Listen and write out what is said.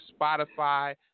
spotify